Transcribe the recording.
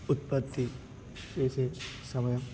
ఉత్పత్తి చేసే సమయం